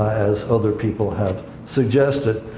as other people have suggested.